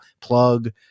plug